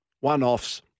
one-offs